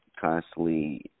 constantly